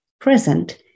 present